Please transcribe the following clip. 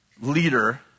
leader